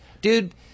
Dude